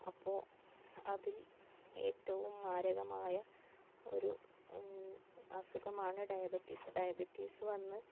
അപ്പോൾ അതിൽ ഏറ്റവും മാരകമായ ഒരു അസുഖമാണ് ഡയബറ്റിസ് ഡയബറ്റിസ് വന്ന്